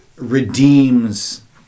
redeems